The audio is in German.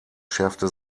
schärfte